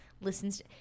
listens